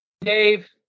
Dave